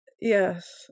yes